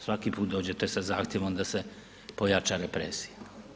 Svaki put dođete sa zahtjevom da se pojača represija.